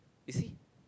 you see